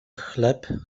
chleb